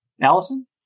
Allison